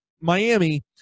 Miami